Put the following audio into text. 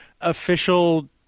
official